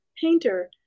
painter